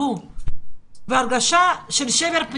אם אנחנו נמשיך בקצב הזה, לא נגיע לזה.